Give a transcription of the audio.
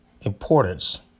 importance